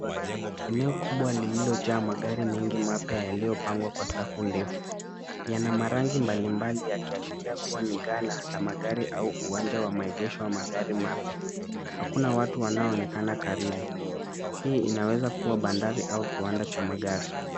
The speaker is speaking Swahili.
Eneo kubwa lililojaa magari mengi mapya yaliyopangwa kwa safu ndefu. Yana marangi mbalimbali yakiashiria ni gala la magari au uwanja wa maegesho magari mapya. Hakuna watu wanaonekana karibu. Hii inaweza kuwa bandari awa kiwanda cha magari.